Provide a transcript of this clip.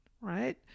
right